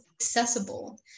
accessible